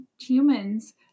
humans